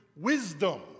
wisdom